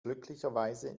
glücklicherweise